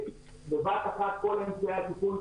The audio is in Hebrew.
ולא שבבת אחת יהיו כל אמצעי הטיפול,